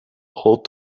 all